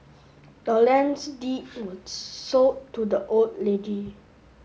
the land's deed was sold to the old lady